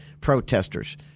protesters